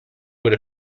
would